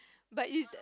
but is that